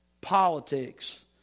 politics